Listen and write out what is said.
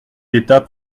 d’état